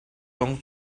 zong